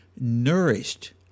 nourished